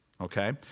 Okay